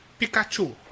Pikachu